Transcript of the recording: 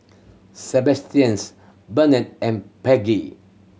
Sebastians Burnett and Paige